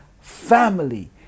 family